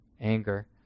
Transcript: anger